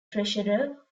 treasurer